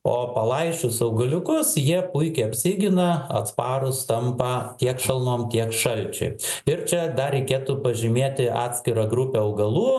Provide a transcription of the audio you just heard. o palaisčius augaliukus jie puikiai apsigina atsparūs tampa tiek šalnom tiek šalčiui ir čia dar reikėtų pažymėti atskirą grupę augalų